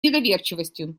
недоверчивостью